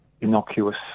innocuous